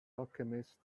alchemist